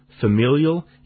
familial